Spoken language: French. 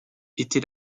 était